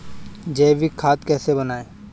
जैविक खाद कैसे बनाएँ?